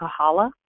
Kahala